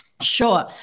Sure